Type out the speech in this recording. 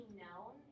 known